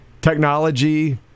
technology